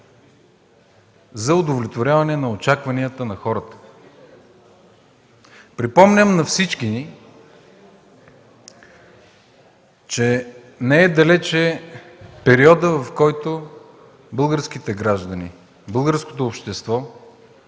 за удовлетворяване на очакванията на хората. Припомням на всички ни, че не бе далеч периодът, в който българските граждани, българското общество